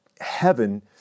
heaven